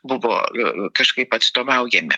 buvo kažkaip atstovaujami